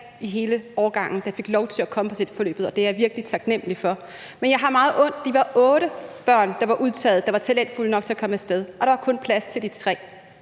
på hele årgangen, der fik lov at komme på talentforløbet, og det er jeg virkelig taknemlig for. De var otte børn, der var udtaget, der var talentfulde nok til at komme af sted, og der var kun plads til de tre.